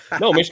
No